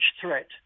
threat